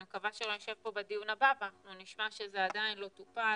אני מקווה שלא נשב פה בדיון הבא ואנחנו נשמע שזה עדיין לא טופל.